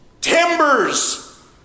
timbers